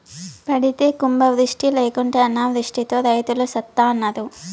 పడితే కుంభవృష్టి లేకుంటే అనావృష్టితో రైతులు సత్తన్నారు